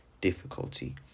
difficulty